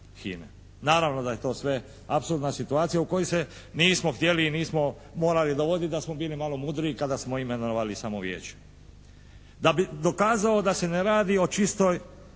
HINA-e. Naravno da je to sve apsurdna situacija u koju se nismo htjeli i nismo morali dovoditi da smo bili malo mudriji kada smo imenovali samo vijeće. Da bi dokazao da se ne radi o čistoj